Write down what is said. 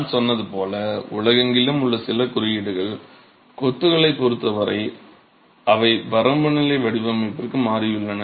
நான் சொன்னது போல் உலகெங்கிலும் உள்ள சில குறியீடுகள் கொத்துகளை பொறுத்த வரை அவை வரம்பு நிலை வடிவமைப்பிற்கு மாறியுள்ளன